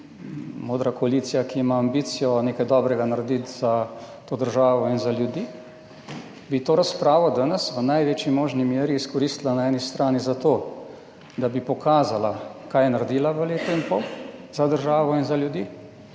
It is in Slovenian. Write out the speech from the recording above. modra vlada, ki ima ambicijo nekaj dobrega narediti za to državo in ljudi, bi to razpravo danes v največji možni meri izkoristila na eni strani za to, da bi pokazala, kaj je naredila v letu in pol za državo in ljudi,